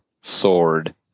sword